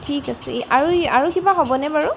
ঠিক আছে আৰু আৰু কিবা হ'বনে বাৰু